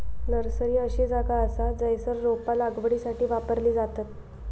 nursery अशी जागा असा जयसर रोपा लागवडीसाठी वापरली जातत